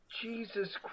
jesus